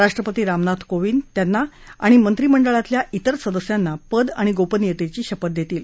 राष्ट्रपती रामनाथ कोविंद त्यांना आणि मंत्रिमंडळातल्या तिर सदस्यांना पद आणि गोपनीयतेची शपथ देतील